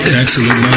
excellent